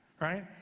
right